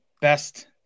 best